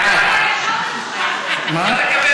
בעד, בעד.